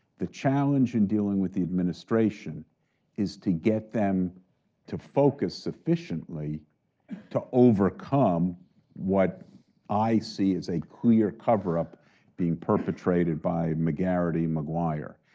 the challenge in dealing with the administration is to get them to focus sufficiently to overcome what i see is a clear cover-up being perpetrated by mcgarrity and mcguire.